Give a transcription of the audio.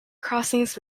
crossings